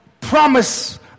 promise